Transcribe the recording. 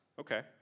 okay